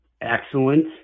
excellent